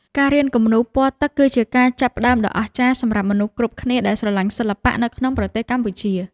ការរៀនគំនូរពណ៌ទឹកគឺជាការចាប់ផ្ដើមដ៏អស្ចារ្យសម្រាប់មនុស្សគ្រប់គ្នាដែលស្រឡាញ់សិល្បៈនៅក្នុងប្រទេសកម្ពុជា។